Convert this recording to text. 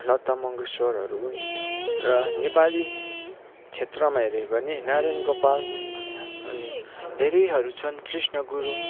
लता मङ्गेस्करहरू हुन् र नेपाली क्षेत्रमा हेऱ्यो भने नारायण गोपाल अनि धेरैहरू छन कृष्ण गुरुङ